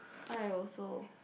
I also